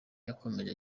yakomeje